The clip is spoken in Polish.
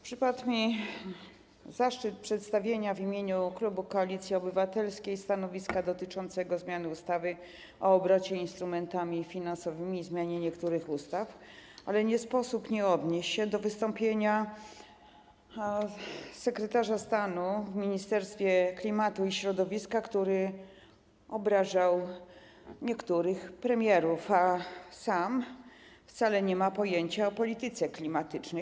Przypadł mi zaszczyt przedstawienia w imieniu klubu Koalicji Obywatelskiej stanowiska dotyczącego ustawy o zmianie ustawy o obrocie instrumentami finansowymi oraz niektórych innych ustaw, ale nie sposób nie odnieść się do wystąpienia sekretarza stanu w Ministerstwie Klimatu i Środowiska, który obrażał niektórych premierów, a sam wcale nie ma pojęcia o polityce klimatycznej.